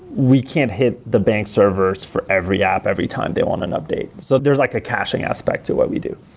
we can't hit the bank servers for every app every time they want an update. so there's like a caching aspect to what we do.